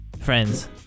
friends